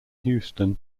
houston